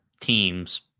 teams